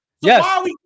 yes